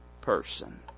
person